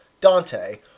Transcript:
Dante